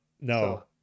no